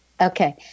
okay